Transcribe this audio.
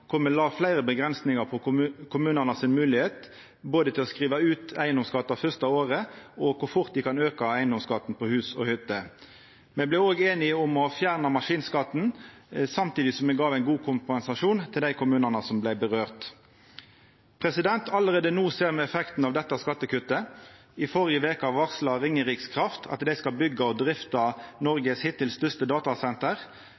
kor fort dei kan auka eigedomsskatten på hus og hytte. Me vart òg einige om å fjerna maskinskatten, samtidig som me gav ein god kompensasjon til dei kommunane dette gjaldt. Allereie no ser me effektane av dette skattekuttet. I førre veke varsla Ringeriks-Kraft at dei skal byggja og drifta